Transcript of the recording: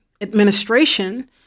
administration